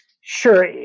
Sure